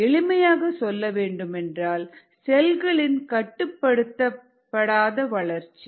எளிமையாக சொல்ல வேண்டுமென்றால் செல்களின் கட்டுப்படுத்தாத வளர்ச்சி